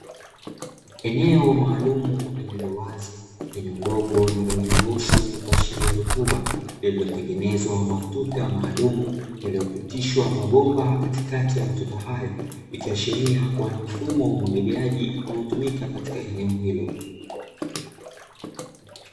Eneo maalumu lililo wazi lenye udongo wenye rangi nyeusi wenye kuashiria rutuba lililotengenezwa matuta maalumu yaliyopitishwa mabomba katikati ya matuta hayo ikiashiria kuwa ni mfumo wa umwagiliaji unaotumika katika eneo hilo.